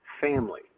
family